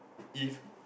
if